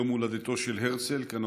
הצעות לסדר-היום בנושא: ציון יום הרצל, מס'